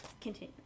Continue